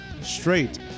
straight